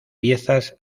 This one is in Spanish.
piezas